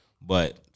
but-